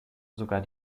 sogar